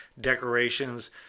decorations